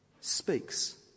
speaks